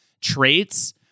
traits